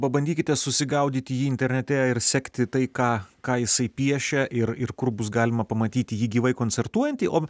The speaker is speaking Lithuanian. pabandykite susigaudyti jį internete ir sekti tai ką ką jisai piešia ir ir kur bus galima pamatyti jį gyvai koncertuojantį o